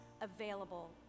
available